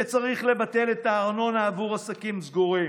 וצריך לבטל את הארנונה עבור עסקים סגורים.